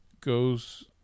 goes